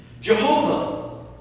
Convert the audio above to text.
Jehovah